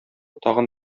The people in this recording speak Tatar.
тагын